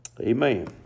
Amen